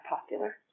popular